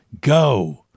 Go